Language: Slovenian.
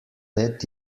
let